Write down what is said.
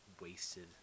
wasted